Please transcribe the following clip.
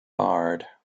barred